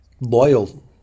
Loyal